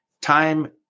time